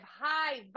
high